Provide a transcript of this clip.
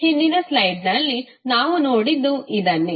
ಹಿಂದಿನ ಸ್ಲೈಡ್ನಲ್ಲಿ ನಾವು ನೋಡಿದ್ದು ಇದನ್ನೇ